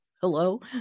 Hello